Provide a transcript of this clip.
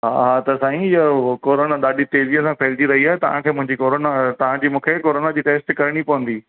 हा हा त साईं इहो उहो कोरोना ॾाढी तेज़ीअ सां फैलिजी रही आहे तव्हांखे मुंहिंजी कोरोना तव्हांजी मूंखे कोरोना जी टैस्ट करणी पवंदी